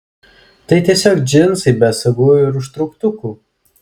tai tiesiog džinsai be sagų ir užtrauktukų